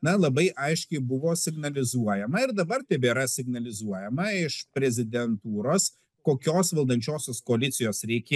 na labai aiškiai buvo signalizuojama ir dabar tebėra signalizuojama iš prezidentūros kokios valdančiosios koalicijos reikė